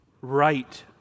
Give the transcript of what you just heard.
right